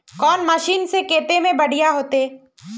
कौन मशीन से कते में बढ़िया होते है?